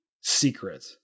secret